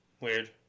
weird